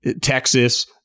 Texas